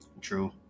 True